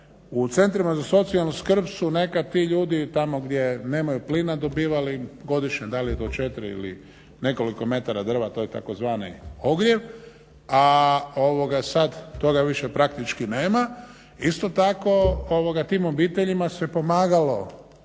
U centrima za socijalnu skrb su nekada ti ljudi tamo gdje nemaju plina dobivali godišnje da li do četiri ili nekoliko metara drva, to je tzv. ogrjev a sada toga više praktički nema. Isto tako tim obiteljima se pomagalo